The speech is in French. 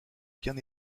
bien